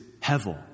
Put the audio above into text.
Hevel